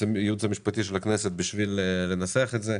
המשפטי של הכנסת בשביל לנסח את זה.